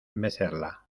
mecerla